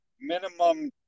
minimum